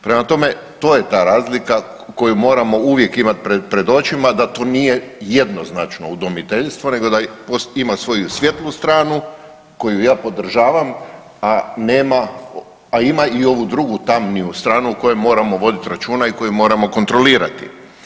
Prema tome, to je ta razlika koju moramo uvijek imati pred očima da to nije jednoznačno udomiteljstvo nego da ima svoju svjetlu stranu, koju ja podržavam, a nema, a ima i ovu drugu, tamniju stranu o kojoj moramo voditi računa i koju moramo kontrolirati.